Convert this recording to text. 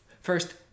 first